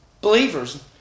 believers